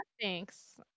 thanks